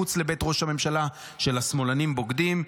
מחוץ לבית ראש הממשלה של השמאלנים בוגדים.